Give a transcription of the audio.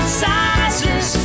sizes